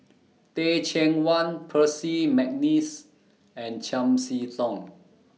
Teh Cheang Wan Percy Mcneice and Chiam See Tong